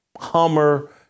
Hummer